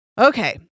Okay